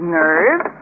nerves